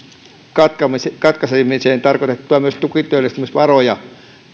katkaisemiseen katkaisemiseen tarkoitettuja tukityöllistämisvaroja